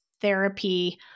therapy